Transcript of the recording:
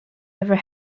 never